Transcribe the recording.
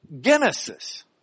Genesis